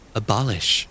abolish